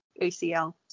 acl